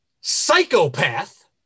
psychopath